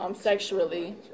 sexually